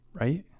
right